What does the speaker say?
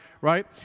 right